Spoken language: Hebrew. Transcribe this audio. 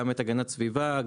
הגנת סביבה,